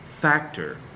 factor